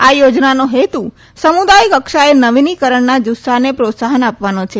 આ યોજનાનો હેતુ સમુદાય કક્ષાએ નવીનીકરણના જુસ્સાને પ્રોત્સાહન આપવાનો છે